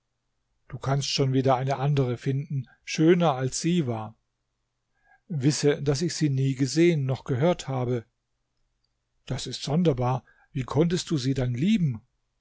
du kannst schon wieder eine andere finden schöner als sie war wisse daß ich sie nie gesehen noch gehört habe das ist sonderbar wie konntest du sie denn lieben